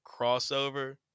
crossover